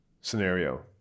scenario